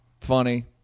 funny